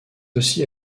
aussi